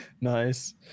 Nice